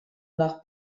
nach